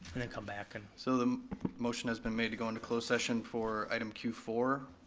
and then come back. and so the motion has been made to go into closed session for item q four.